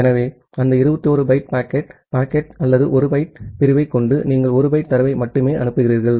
ஆகவே அந்த 21 byte packet packet அல்லது 1 பைட் பிரிவைக் கொண்டு நீங்கள் 1 பைட் தரவை மட்டுமே அனுப்புகிறீர்கள்